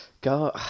go